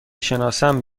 شناسم